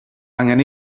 angen